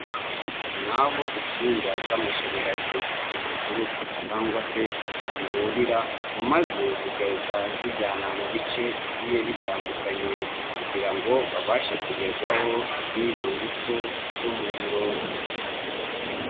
Aha ni aho insinga z'amashanyarazi zituruka cyangwa se zihurira maze zigahita zijyana mu bice bigiye bitandukanye kugira ngo babashe kugerwaho n'izo ngufu z'umuriro.